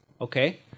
Okay